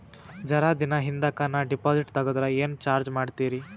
ಜರ ದಿನ ಹಿಂದಕ ನಾ ಡಿಪಾಜಿಟ್ ತಗದ್ರ ಏನ ಚಾರ್ಜ ಮಾಡ್ತೀರಿ?